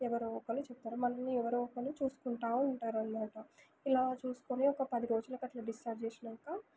ఎవరో ఒకళ్ళు చెప్తారు మనల్ని ఎవరో ఒకలు చూసుకుంటా ఉంటారనమాట ఇలా చూసుకోని పది రోజులకట్లా డిశ్చార్జ్ చేసినాక